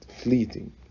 fleeting